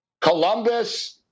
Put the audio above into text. Columbus